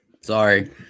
Sorry